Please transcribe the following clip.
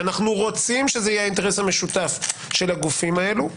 כשאנחנו רוצים שזה יהיה האינטרס המשותף של הגופים האלה,